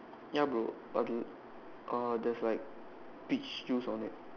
ya bro okay uh there's like peach juice on it